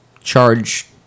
charge